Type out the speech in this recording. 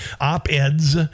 op-eds